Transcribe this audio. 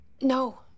No